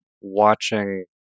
watching